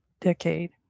decade